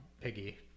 Piggy